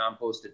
composted